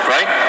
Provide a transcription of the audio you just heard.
Right